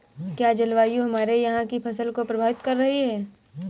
क्या जलवायु हमारे यहाँ की फसल को प्रभावित कर रही है?